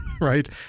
right